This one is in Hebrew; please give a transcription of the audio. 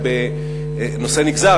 נושא נגזר,